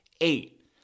eight